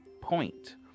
point